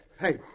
Hey